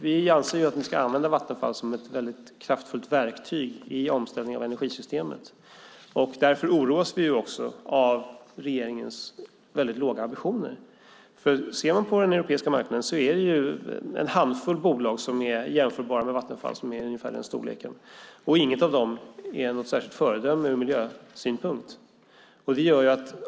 Vi anser att vi ska använda Vattenfall som ett kraftfullt verktyg i omställningen av energisystemet. Därför oroas vi av regeringens väldigt låga ambitioner. Tittar man på den europeiska marknaden ser man att det är en handfull bolag som i storlek är jämförbara med Vattenfall, och inget av dem är något föredöme ur miljösynpunkt.